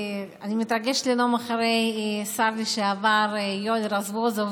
אני מתרגשת לנאום אחרי השר לשעבר יואל רזבוזוב